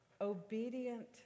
obedient